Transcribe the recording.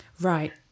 right